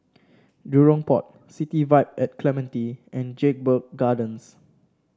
Jurong Port City Vibe at Clementi and Jedburgh Gardens